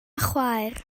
chwaer